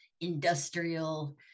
industrial